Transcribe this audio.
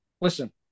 listen